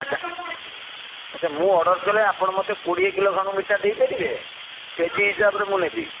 ଆଚ୍ଛା ଆଚ୍ଛା ମୁଁ ଅର୍ଡ଼ର୍ କଲେ ଆପଣ ମୋତେ କୋଡ଼ିଏ କିଲୋ ଖଣ୍ଡେ ଦେଇପାରିବେ କେଜି ହିସାବରେ ମୁଁ ନେବି